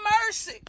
mercy